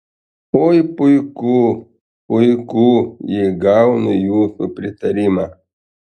oi puiku puiku jei gaunu jūsų pritarimą